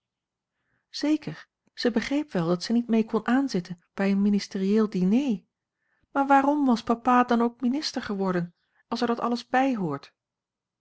zeker zij begreep wel dat zij niet mee kon aanzitten bij een ministerieel diner maar waarom was papa dan ook minister geworden als er dat alles bij